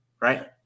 right